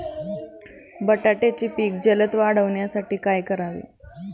बटाट्याचे पीक जलद वाढवण्यासाठी काय करावे?